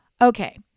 Okay